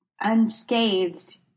unscathed